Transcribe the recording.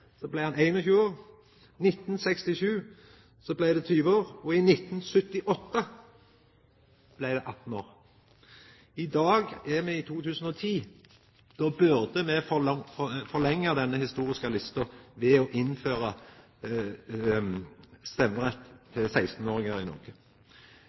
år, i 1967 til 20 år og i 1978 til 18 år. I dag er me i 2010. Då burde me forlengja denne historiske lista ved å innføra stemmerett for 16-åringar i Noreg. Eg